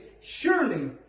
Surely